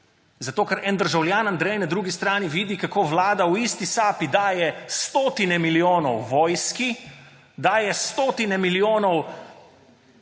Zato, ker nek državljan Andrej na drugi strani vidi, kako Vlada v isti sapi daje stotine milijonov vojski, daje stotine milijonov